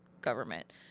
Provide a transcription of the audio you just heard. government